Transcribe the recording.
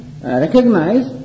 recognize